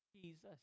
Jesus